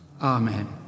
Amen